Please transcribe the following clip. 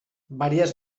varias